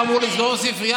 זה לא אמור לסגור ספרייה,